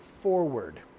forward